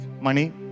money